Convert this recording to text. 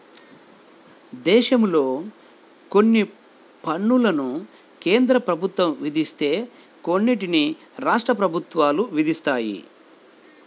దేశంలో కొన్ని పన్నులను కేంద్ర ప్రభుత్వం విధిస్తే కొన్నిటిని రాష్ట్ర ప్రభుత్వాలు విధిస్తాయి